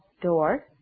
door